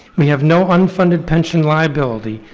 we have no unfunded pension liability,